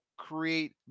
Create